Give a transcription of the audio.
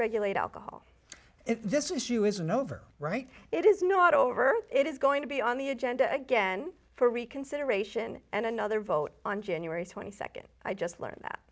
regulate alcohol if this issue isn't over right it is not over it is going to be on the agenda again for reconsideration and another vote on january twenty second i just learned that